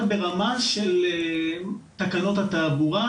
אבל ברמה של תקנות התעבורה,